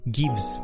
gives